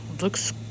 Looks